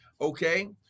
Okay